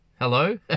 hello